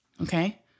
Okay